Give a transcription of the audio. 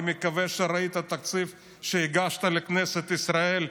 אני מקווה שראית את התקציב שהגשת לכנסת ישראל.